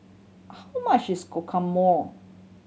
how much is